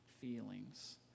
feelings